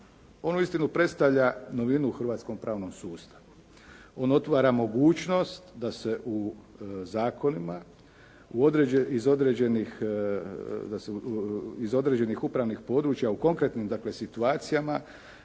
ono uistinu predstavlja novinu u hrvatskom pravnom sustavu. On otvara mogućnost da se u zakonima iz određenih upravnih područja u konkretnim situacijama